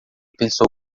pensou